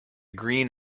green